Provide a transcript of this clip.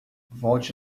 volte